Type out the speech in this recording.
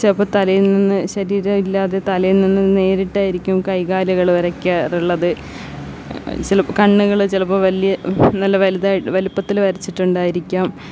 ചിലപ്പം തലയിൽ നിന്ന് ശരീരം ഇല്ലാതെ തലയിൽ നിന്ന് നേരിട്ടായിരിക്കും കൈ കാലുകൾ വരക്കാറുള്ളത് ചില കണ്ണുകൾ ചിലപ്പം വലിയ നല്ല വലുതായിട്ട് വലുപ്പത്തിൽ വരച്ചിട്ടുണ്ടായിരിക്കാം